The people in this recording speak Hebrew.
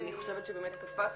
אני חושבת שבאמת קפצנו.